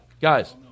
Guys